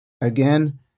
Again